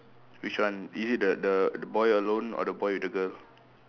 which one is it the the the boy alone or the boy with the girl